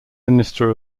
minister